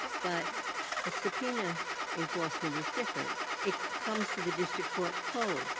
but a subpoena enforcement is different. it comes to the district court cold.